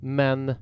men